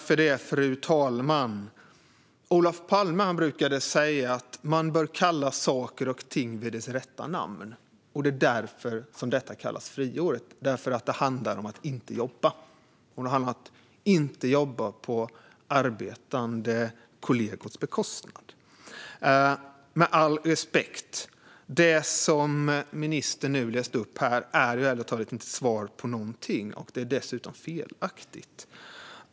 Fru talman! Olof Palme brukade säga att man bör kalla saker och ting vid deras rätta namn. Det är därför detta kallas friår; det handlar om att inte jobba på arbetande kollegors bekostnad. Med all respekt - det som ministern läste upp är ärligt talat inte svar på någonting, och det är dessutom felaktigt.